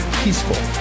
peaceful